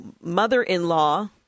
mother-in-law